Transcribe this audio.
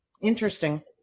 Interesting